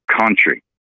country